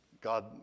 God